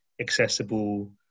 accessible